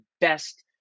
best